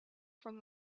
from